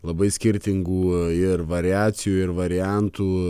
labai skirtingų ir variacijų ir variantų